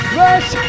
rush